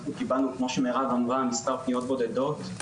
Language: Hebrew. אנחנו קיבלנו, כמו שמרב אמרה, מספר פניות בודדות.